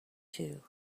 too